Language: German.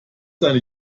seine